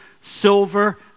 silver